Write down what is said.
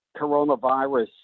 coronavirus